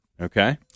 Okay